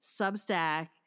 Substack